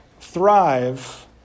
thrive